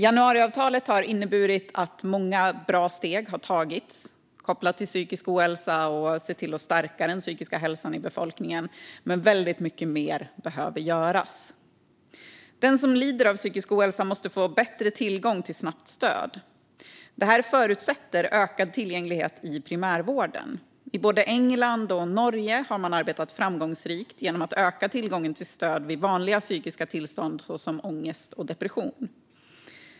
Januariavtalet har inneburit att många bra steg har tagits för att stärka den psykiska hälsan i befolkningen, men väldigt mycket mer behöver göras. Den som lider av psykisk ohälsa måste få bättre tillgång till snabbt stöd. Det förutsätter ökad tillgänglighet i primärvården. I både England och Norge har man arbetat framgångsrikt med att öka tillgången till stöd vid vanliga psykiska tillstånd såsom ångest och depression.